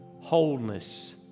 wholeness